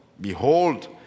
Behold